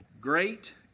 Great